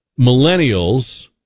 millennials